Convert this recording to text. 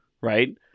right